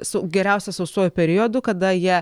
su geriausia sausuoju periodu kada jie